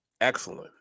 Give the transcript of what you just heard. excellent